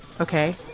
okay